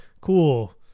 cool